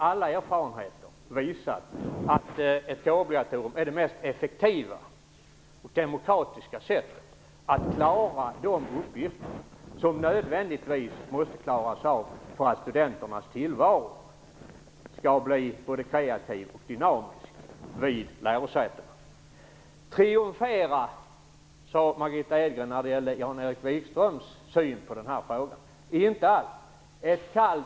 Alla erfarenheter har visat att ett kårobligatorium är det mest effektiva och demokratiska när det gäller att klara av de uppgifter som nödvändigtvis måste klaras av för att studenternas tillvaro skall bli både kreativ och dynamisk vid lärosätena. Margitta Edgren sade att jag triumferade när jag talade om Jan-Erik Wikströms syn på den här frågan. Det gjorde jag inte alls.